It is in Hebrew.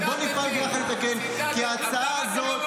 אתה נותן לעמיחי אליהו,